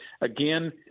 again